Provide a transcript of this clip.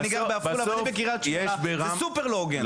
או אני גר בעפולה או אני בקריית שמונה זה סופר לא הוגן.